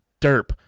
derp